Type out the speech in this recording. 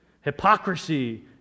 hypocrisy